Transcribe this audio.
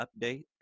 update